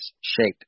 shaped